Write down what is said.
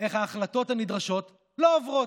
איך ההחלטות הנדרשות לא עוברות.